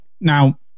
Now